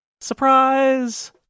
Surprise